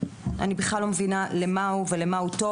אני בכלל לא מבינה למה הוא ולמה הוא טוב.